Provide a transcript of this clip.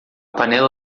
panela